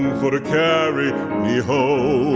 and for to carry me home